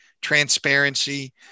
transparency